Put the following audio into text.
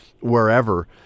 wherever